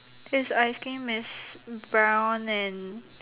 his ice cream is brown and